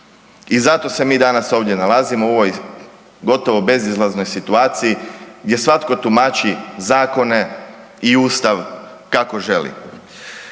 I zato se mi danas ovdje nalazimo u ovoj gotovo bezizlaznoj situaciji jer svatko tumači zakone i Ustav kako želi.